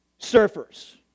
Surfers